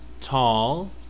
tall